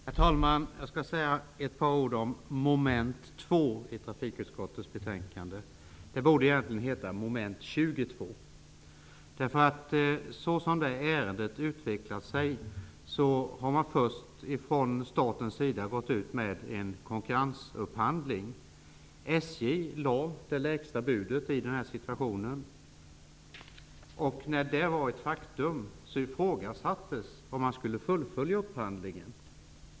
Herr talman! Jag vill säga några ord om mom. 2 i hemställan i trafikutskottets betänkande. Det borde egentligen heta moment 22, med tanke på hur detta ärende har utvecklat sig. Man har först från statens sida gått ut med en konkurrensupphandling. SJ framlade det lägsta budet. När detta var ett faktum ifrågasattes om man skulle fullfölja upphandlingen.